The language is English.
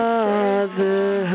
Father